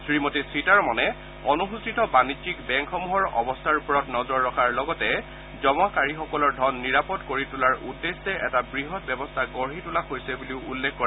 শ্ৰীমতী সীতাৰমণে অনুসূচিত বাণিজ্যিক বেংকসমূহৰ অৱস্থাৰ ওপৰত নজৰ ৰখাৰ লগতে জমাকাৰীসকলৰ ধন নিৰাপদ কৰি তোলাৰ উদ্দেশ্যে এটা বৃহৎ ব্যৱস্থা গঢ়ি তোলা হৈছে বুলি উল্লেখ কৰে